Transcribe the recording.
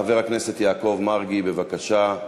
חבר הכנסת יעקב מרגי, בבקשה.